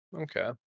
okay